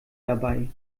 dabei